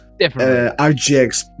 rgx